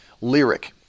lyric